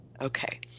Okay